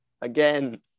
Again